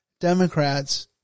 Democrats